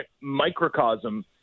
microcosm